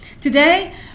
Today